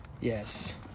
Yes